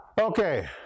Okay